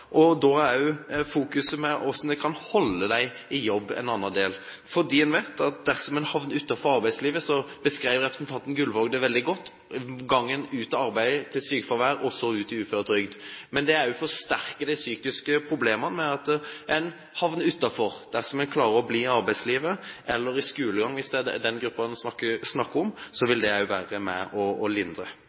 kan holde disse menneskene i jobb, er en annen del av det. En vet at dersom en havner utenfor arbeidslivet – representanten Gullvåg beskrev veldig godt gangen i det å gå ut av arbeid til sykefravær og så til uføretrygd – er det med på å forsterke de psykiske problemene. Dersom en klarer å bli i arbeidslivet, eller i skolen, hvis det er elevgruppen en snakker om, vil det også være med på å lindre.